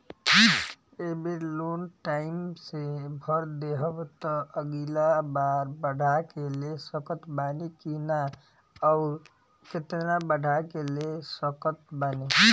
ए बेर loan time से भर देहम त अगिला बार बढ़ा के ले सकत बानी की न आउर केतना बढ़ा के ले सकत बानी?